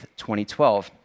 2012